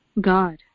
God